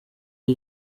aya